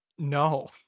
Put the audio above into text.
No